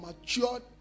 matured